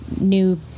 new